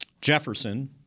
Jefferson